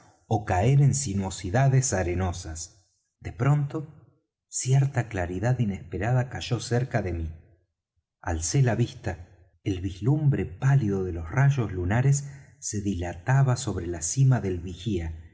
ó caer en sinuosidades arenosas de pronto cierta claridad inesperada cayó cerca de mí alcé la vista el vislumbre pálido de los rayos lunares se dilataba sobre la cima del vigía